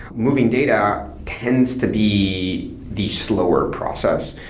moving data tends to be the slower process.